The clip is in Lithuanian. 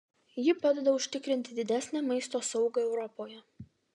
ji padeda užtikrinti didesnę maisto saugą europoje